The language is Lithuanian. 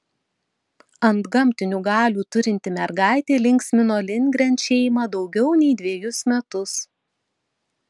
antgamtinių galių turinti mergaitė linksmino lindgren šeimą daugiau nei dvejus metus